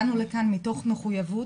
באנו לכאן מתוך מחויבות,